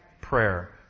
prayer